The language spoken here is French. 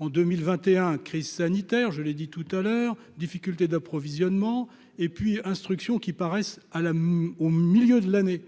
en 2021 crise sanitaire, je l'ai dit tout à l'heure, difficultés d'approvisionnement et puis instruction qui paraissent à la au milieu de l'année,